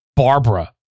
Barbara